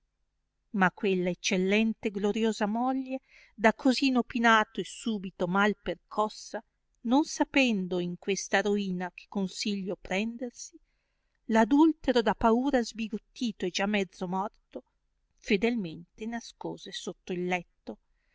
ma quella eccellente e gloriosa moglie da così inopinato e subito mal percossa non sapendo in questa roina che consiglio prendersi l'adultero da paura sbigottito e già mezzo morto fedelmente nascose sotto il letto